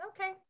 okay